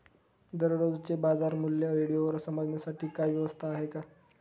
दररोजचे बाजारमूल्य रेडिओवर समजण्यासाठी काही व्यवस्था आहे का?